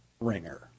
ringer